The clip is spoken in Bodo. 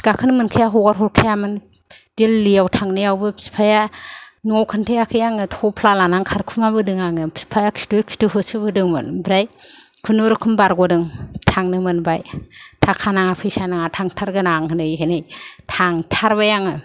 गाखोनो मोनखाया हगार हरखायामोन दिल्लियाव थांनायावबो बिफाया न'आव खोनथायाखै आं थफ्ला लाना खारखुमाबोदों आङो बिफाया खिथु खिथु होसोदोंमोन ओमफ्राय खुनुरुखुम बारगदों थांनो मोनबाय थाखा नाङा फैसा नाङा होनै होनै थांथारबाय आङो